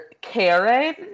Karen